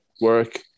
work